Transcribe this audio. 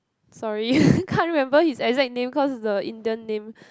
sorry can't remember his exact name cause the Indian name